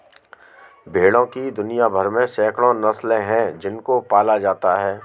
भेड़ों की दुनिया भर में सैकड़ों नस्लें हैं जिनको पाला जाता है